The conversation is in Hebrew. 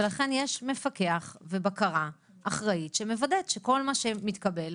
ולכן יש מפקח ובקרה אחראית שמוודאת שכל מה שמתקבל,